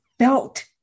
felt